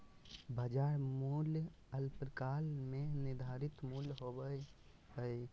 बाजार मूल्य अल्पकाल में निर्धारित मूल्य होबो हइ